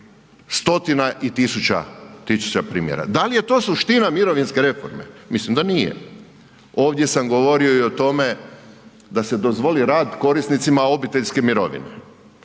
stotina i tisuća primjera. Da li je to suština mirovinske reforme? Mislim da nije. Ovdje sam govorio i o tome da se dozvoli rad korisnicima obiteljske mirovine.